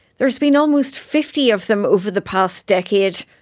there's been almost fifty of them over the past decade.